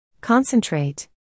concentrate